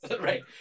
right